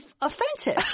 offensive